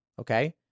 Okay